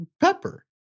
pepper